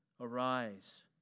arise